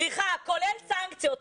כולל סנקציות.